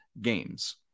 games